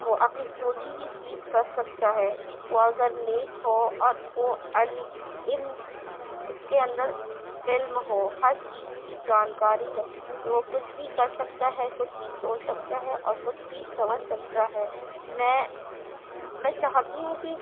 وہ اپنی سوچی ہوئی چیز کر سکتا ہے وہ اگر نیک ہو اور وہ علم علم اس کے اندر علم ہو ہر چیز کی جانکاری ہو تو وہ کچھ بھی کر سکتا ہے کچھ بھی سوچ سکتا ہے اور کچھ بھی سمجھ سکتا ہے میں میں چاہتی ہوں کہ